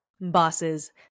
Bosses